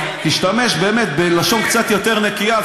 תשתמש בלשון קצת יותר נקייה,